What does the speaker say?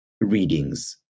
readings